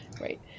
Right